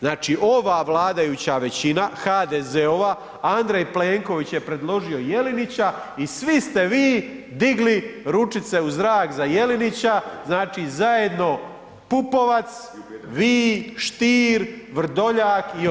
Znači ova vladajuća većina HDZ-ova, Andrej Plenković je predložio Jelinića i svi ste vi digli ručice u zrak za Jelinića, znači zajedno Pupovac, vi, Stier, Vrdoljak i ostali.